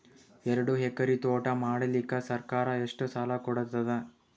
ಎರಡು ಎಕರಿ ತೋಟ ಮಾಡಲಿಕ್ಕ ಸರ್ಕಾರ ಎಷ್ಟ ಸಾಲ ಕೊಡತದ?